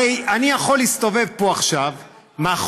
הרי אני יכול להסתובב פה עכשיו, על הדמוקרטיה.